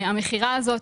המכירה הזאת,